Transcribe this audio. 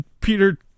Peter